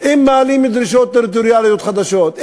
אם מעלים דרישות טריטוריאליות חדשות,